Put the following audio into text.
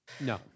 No